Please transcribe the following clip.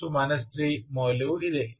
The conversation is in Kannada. ತುಂಬಾ ಸುಲಭ ಅಲ್ಲವೇ